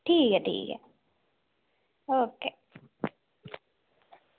ठीक ऐ ठीक ऐ ओके